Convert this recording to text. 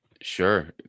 Sure